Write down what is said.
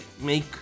make